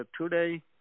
today